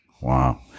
Wow